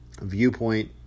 viewpoint